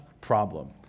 problem